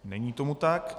Není tomu tak.